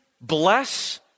bless